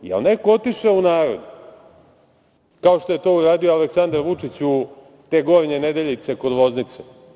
Da li je neko otišao u narod kao što je to uradio Aleksandar Vučić u te Gornje Nedeljice kod Loznice?